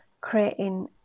creating